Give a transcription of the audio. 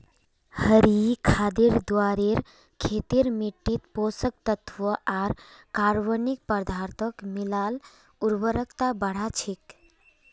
हरी खादेर द्वारे खेतेर मिट्टित पोषक तत्त्व आर कार्बनिक पदार्थक मिला ल उर्वरता बढ़ छेक